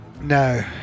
No